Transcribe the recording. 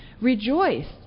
rejoice